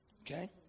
Okay